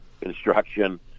construction